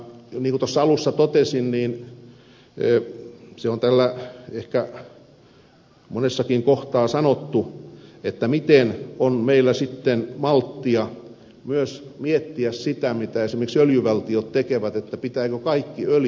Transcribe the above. niin kuin tuossa alussa totesin se on täällä ehkä monessakin kohtaa sanottu miten on meillä sitten malttia myös miettiä sitä mitä esimerkiksi öljyvaltiot tekevät pitääkö kaikki öljy ottaa